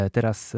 Teraz